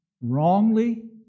wrongly